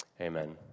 Amen